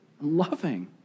loving